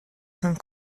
saint